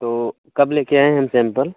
तो कब लेकर आएँ हम सैम्पल